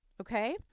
Okay